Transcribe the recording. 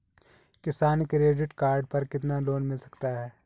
किसान credit card पर कितना लोंन मिल सकता है?